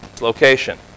Location